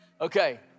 Okay